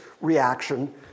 reaction